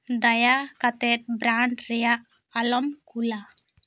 ᱫᱟᱭᱟ ᱠᱟᱛᱮᱫ ᱵᱨᱟᱱᱰ ᱨᱮᱭᱟᱜ ᱟᱞᱚᱢ ᱠᱩᱞᱟ